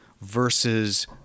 versus